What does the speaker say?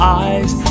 eyes